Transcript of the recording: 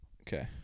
Okay